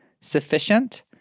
sufficient